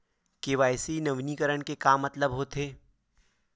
KYC नवीनीकरण के मतलब का होथे?